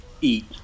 Eat